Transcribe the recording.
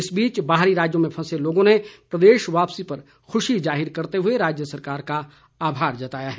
इस बीच बाहरी राज्यों में फंसे लोगों ने प्रदेश वापिसी पर खुशी जाहिर करते हुए राज्य सरकार का आभार जताया है